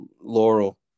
laurel